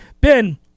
Ben